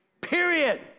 period